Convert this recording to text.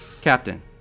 Captain